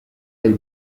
del